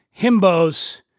Himbos